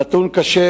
זה נתון קשה,